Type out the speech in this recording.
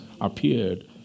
appeared